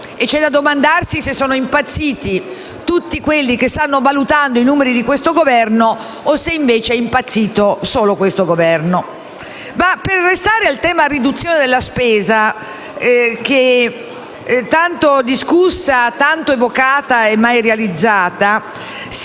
e c'è da domandarsi se siano impazziti tutti coloro che stanno valutando i numeri del Governo o se sia invece impazzito solo questo Governo. Ma per restare al tema della riduzione della spesa, tanto discussa, evocata e mai realizzata, se